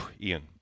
Ian